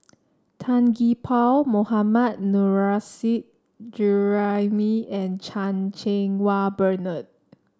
Tan Gee Paw Mohammad Nurrasyid Juraimi and Chan Cheng Wah Bernard